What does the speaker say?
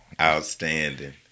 Outstanding